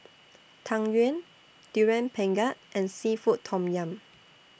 Tang Yuen Durian Pengat and Seafood Tom Yum